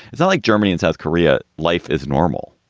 it's like germany in south korea. life is normal.